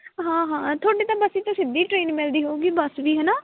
ਹਾਂ ਹਾਂ ਤੁਹਾਡੇ ਤਾਂ ਬਸੀ ਤੋਂ ਸਿੱਧੀ ਟਰੇਨ ਮਿਲਦੀ ਹੋਊਗੀ ਬਸ ਵੀ ਹੈ ਨਾ